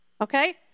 Okay